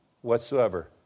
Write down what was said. whatsoever